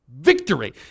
Victory